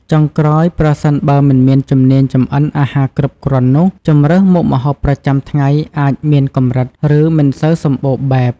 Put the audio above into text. ចុងក្រោយ ប្រសិនបើមិនមានជំនាញចម្អិនអាហារគ្រប់គ្រាន់នោះ ជម្រើសមុខម្ហូបប្រចាំថ្ងៃអាចមានកម្រិត ឬមិនសូវសម្បូរបែប។